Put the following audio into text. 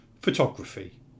Photography